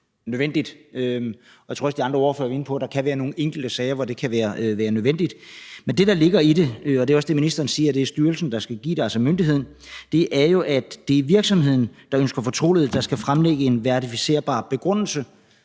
de andre ordførere var inde på, at der kan være nogle enkelte sager, hvor det kan være nødvendigt. Men det, der ligger i det – det er også det, ministeren siger, altså at det er styrelsen, myndigheden, der skal give det – er jo, at det er virksomheden, der ønsker fortrolighed, der skal fremlægge en verificerbar begrundelse.